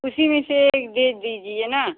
उसी में से एक दे दीजिए ना